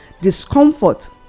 Discomfort